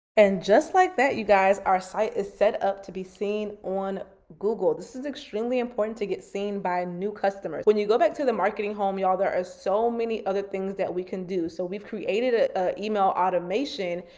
and just like that you guys, our site is set up to be seen on google. this is extremely important to get seen by new customers. when you go back to the marketing home, y'all there are so many other things that we can do. so we've created ah ah email automation.